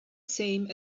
same